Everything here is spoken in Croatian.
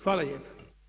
Hvala lijepa.